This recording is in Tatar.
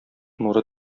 нуры